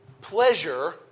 pleasure